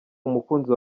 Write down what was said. umukunzi